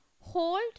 hold